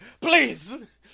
Please